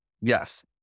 Yes